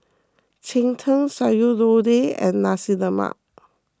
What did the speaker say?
Cheng Tng Sayur Lodeh and Nasi Lemak